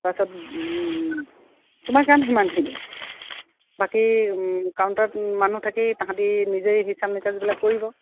তাৰপাছত তোমাৰ কাম সিমানখিনিয়ে বাকী কাউণ্টাৰত মানুহ থাকেই তাহাঁতে নিজেই হিচাপ নিকাছবিলাক কৰিব